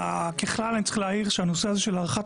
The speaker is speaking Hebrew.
ככלל אני צריך להעיר שהנושא הזה של הערכת